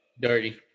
Dirty